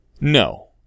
No